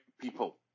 people